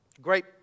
great